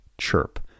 CHIRP